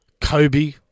Kobe